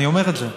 אני אומר את זה,